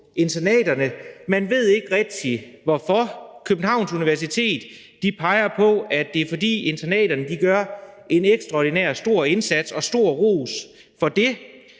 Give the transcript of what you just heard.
internaterne, men man ved ikke rigtig hvorfor. Københavns Universitet peger på, at det er, fordi internaterne gør en ekstraordinært stor indsats – og stor ros for det.